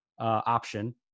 option